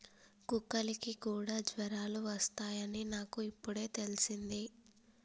కుక్కలకి కూడా జ్వరాలు వస్తాయ్ అని నాకు ఇప్పుడే తెల్సింది